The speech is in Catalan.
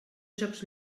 jocs